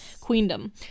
Queendom